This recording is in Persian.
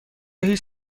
هیچ